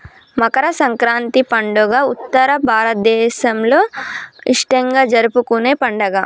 మకర సంక్రాతి పండుగ ఉత్తర భారతదేసంలో ఇష్టంగా జరుపుకునే పండుగ